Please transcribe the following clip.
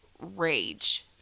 rage